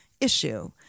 issue